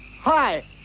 Hi